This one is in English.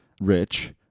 rich